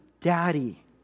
daddy